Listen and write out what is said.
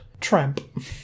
tramp